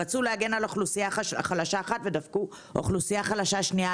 רצו להגן על אוכלוסייה חלשה אחת ודפקה אוכלוסייה חלשה שנייה.